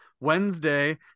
Wednesday